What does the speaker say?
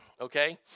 okay